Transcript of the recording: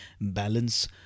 balance